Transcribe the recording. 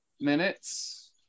minutes